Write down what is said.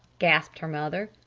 gasped her mother.